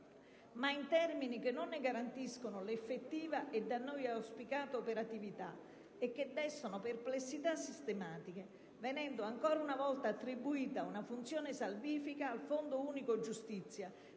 ma in termini che non ne garantiscono l'effettiva e da noi auspicata operatività e che destano perplessità sistematiche, venendo ancora una volta attribuita una funzione salvifica al Fondo unico giustizia,